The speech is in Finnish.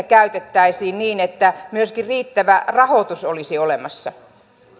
käytettäisiin niin että myöskin riittävä rahoitus olisi olemassa